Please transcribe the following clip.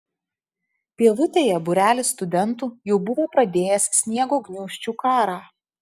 pievutėje būrelis studentų jau buvo pradėjęs sniego gniūžčių karą